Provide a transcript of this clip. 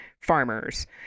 farmers